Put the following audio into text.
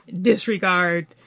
disregard